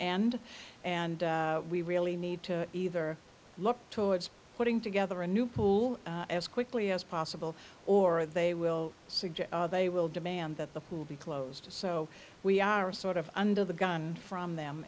and and we really need to either look towards putting together a new pool as quickly as possible or they will suggest they will demand that the pool be closed so we are sort of under the gun from them